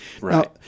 Right